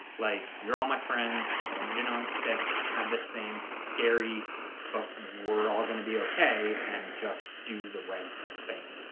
like, you're all my friends, i want you to know i'm sick. i had this thing, it's scary but we're all gonna be ok and just do the right thing.